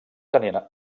tenien